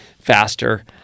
faster